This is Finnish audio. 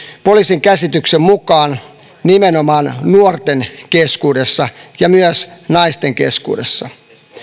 poliisin käsityksen mukaan lisääntymään nimenomaan nuorten keskuudessa ja myös naisten keskuudessa